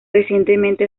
recientemente